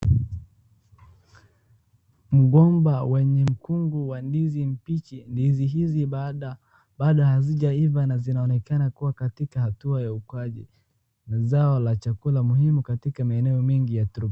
Mgomba wenye mkungu wa ndizi mbichi. Ndizi hizi bado hazijaiva na zinaonekana kuwa katika hatua la ukali. Ni zao la chakula muhimu katika maeneo mengi ya Turkana.